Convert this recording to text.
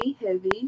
heavy